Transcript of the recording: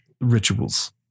rituals